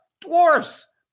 dwarfs